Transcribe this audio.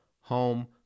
home